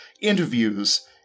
interviews